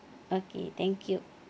okay thank you